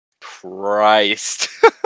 Christ